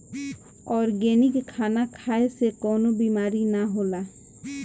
organic खाना खाए से कवनो बीमारी ना होला